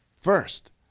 First